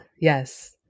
Yes